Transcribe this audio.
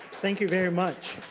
thank you very much.